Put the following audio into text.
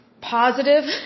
positive